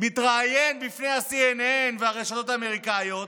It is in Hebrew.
מתראיין בפני ה-CNN והרשתות האמריקאיות,